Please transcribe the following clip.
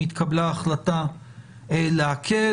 התקבלה החלטה להקל.